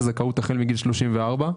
החל מגיל 34,